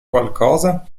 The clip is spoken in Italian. qualcosa